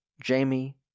Jamie